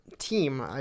team